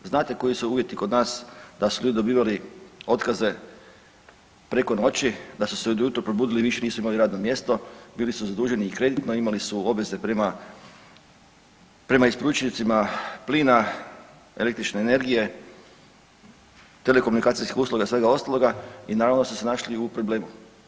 Znate koji su uvjeti kod nas da su ljudi dobivali otkaze preko noći, da su se ujutro probudili i više nisu imali radno mjesto, bili su zaduženi i kreditno, imali su obveze prema, prema isporučiocima plina, električne energije, telekomunikacijskih usluga i svega ostaloga i naravno da su se našli u problemu.